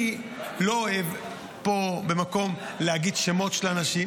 אני לא אוהב פה במקום להגיד שמות של האנשים,